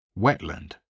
Wetland